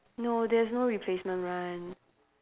no there's no replacement run